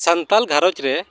Santal ᱜᱷᱟᱨᱚᱸᱡᱽᱨᱮ